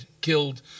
killed